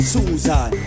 Susan